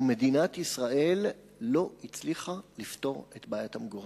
ומדינת ישראל לא הצליחה לפתור את בעיית המגורשים.